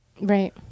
right